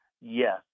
Yes